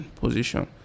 position